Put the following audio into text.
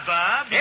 Bob